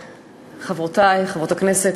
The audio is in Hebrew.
חברותי חברות הכנסת,